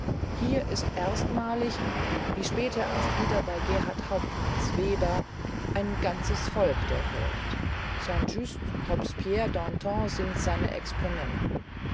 hier ist erstmalig wie später erst wieder bei gerhart hauptmanns webern ein ganzes volk der held st just robespierre danton sind seine